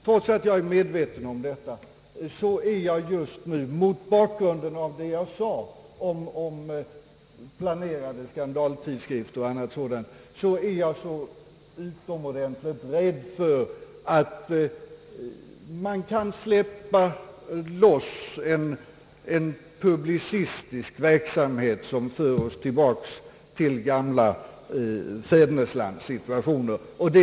Trots att jag är medveten om detta, är jag just nu mot bakgrunden av vad jag sade om planerade skandaltidskrifter och sådant utomordentligt rädd för att man kan släppa loss en publicistisk verksamhet som för oss tillbaka till den situation som rådde när tidskriften Fäderneslandet gavs ut.